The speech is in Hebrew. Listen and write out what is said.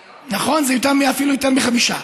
נכון, זה אפילו יותר חמישה.